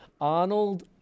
Arnold